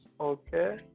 Okay